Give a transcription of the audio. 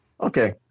Okay